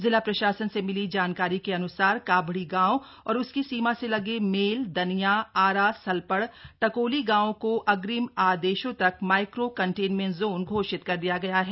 जिला प्रशासन से मिली जानकारी के अन्सार काभड़ी गांव और उसकी सीमा से लगे मेल दन्या आरा सलपड टकोली गांवों को अग्रिम आदेशों तक माइक्रो कंटेनमेंट जोन घोषित कर दिया गया है